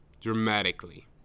dramatically